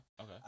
okay